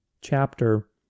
chapter